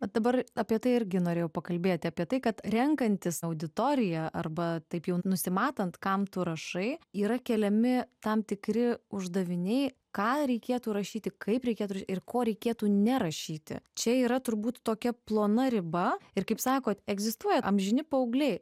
o dabar apie tai irgi norėjau pakalbėti apie tai kad renkantis auditoriją arba taip jau nusimatant kam tu rašai yra keliami tam tikri uždaviniai ką reikėtų rašyti kaip reikėtų ir ko reikėtų nerašyti čia yra turbūt tokia plona riba ir kaip sakote egzistuoja amžini paaugliai